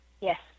Yes